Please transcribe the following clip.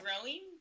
growing